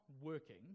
working